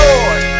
Lord